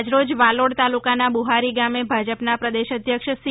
આજરોજ વાલોડ તાલુકાના બુહારી ગામે ભાજપના પ્રદેશ અધ્યક્ષ સી